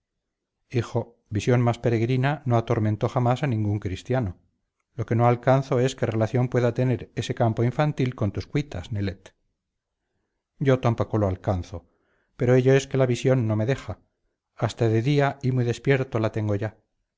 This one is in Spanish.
hijo visión más peregrina no atormentó jamás a ningún cristiano lo que no alcanzo es qué relación pueda tener ese campo infantil con tus cuitas nelet yo tampoco lo alcanzo pero ello es que la visión no me deja hasta de día y muy despierto la tengo ya